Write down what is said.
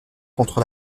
contre